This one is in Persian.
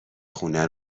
خونه